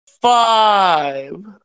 five